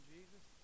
Jesus